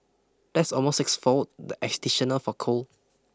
that's almost sixfold the for coal